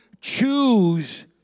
choose